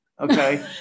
Okay